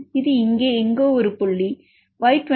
இது இங்கே எங்கோ ஒரு புள்ளி Y26Q 2